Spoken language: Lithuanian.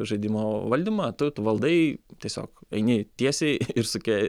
žaidimo valdymą tu tu valdai tiesiog eini tiesiai ir suki